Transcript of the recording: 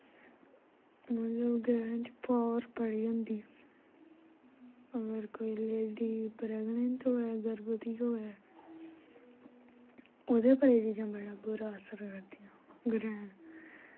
मतलब ग्रैह्न च पावर बड़ी होंदी अगर कोई लेडी प्रैगनेंट होऐ गर्वभती होऐ ओह्दे पर एह् चीजां बड़ा बुरा असर करदियां ग्रैह्न